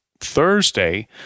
Thursday